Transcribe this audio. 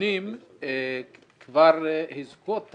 מבנים כבר חוזקו.